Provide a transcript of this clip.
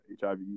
HIV